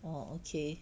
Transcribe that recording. orh okay